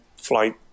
flight